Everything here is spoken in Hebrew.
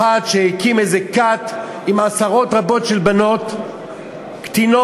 שהקים כת עם עשרות רבות של בנות קטינות,